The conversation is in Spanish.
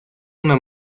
una